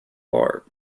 bar